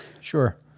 Sure